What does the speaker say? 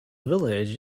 village